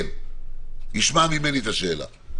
כן, ישמע ממני את השאלה.